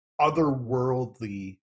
otherworldly